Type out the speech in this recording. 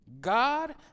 God